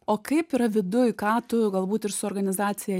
o kaip yra viduj ką tu galbūt ir su organizacija